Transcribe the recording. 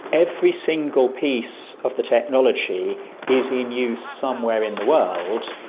every single piece of the technology is in use somewhere in the world,